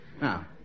Now